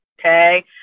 Okay